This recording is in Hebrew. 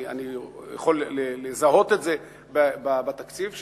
אני יכול לזהות את זה בתקציב שלנו?